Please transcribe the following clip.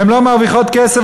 הן לא מרוויחות כסף,